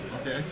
Okay